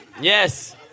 Yes